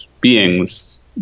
beings